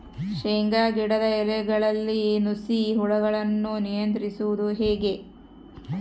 ಶೇಂಗಾ ಗಿಡದ ಎಲೆಗಳಲ್ಲಿ ನುಷಿ ಹುಳುಗಳನ್ನು ನಿಯಂತ್ರಿಸುವುದು ಹೇಗೆ?